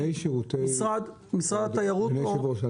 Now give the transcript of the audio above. אדוני היושב-ראש,